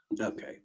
Okay